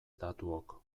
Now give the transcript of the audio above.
datuok